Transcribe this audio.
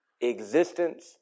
existence